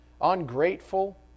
ungrateful